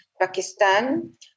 Pakistan